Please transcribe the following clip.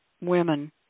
women